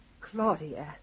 Claudia